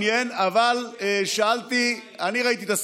אבל שאלתי, לא רוצים לצאת מירושלים.